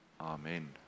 Amen